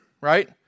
right